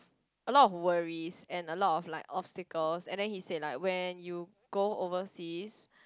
a lot of worries and a lot of like obstacles and then he said like when you go overseas